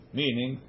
meaning